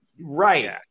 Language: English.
Right